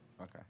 Okay